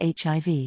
HIV